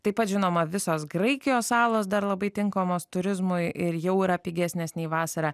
taip pat žinoma visos graikijos salos dar labai tinkamos turizmui ir jau yra pigesnės nei vasarą